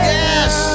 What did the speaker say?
Yes